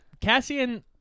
Cassian